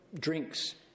drinks